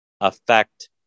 affect